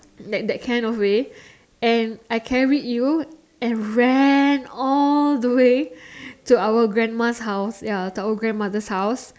that that kind of way and I carried you and ran all the way to our grandma's house ya to our grandmother's house